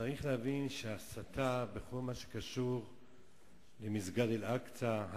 צריך להבין שהסתה בכל מה שקשור למסגד אל-אקצא,